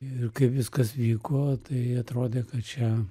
ir kaip viskas vyko tai atrodė kad čia